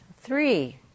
three